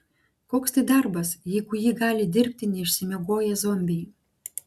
koks tai darbas jeigu jį gali dirbti neišsimiegoję zombiai